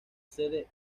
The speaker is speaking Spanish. sede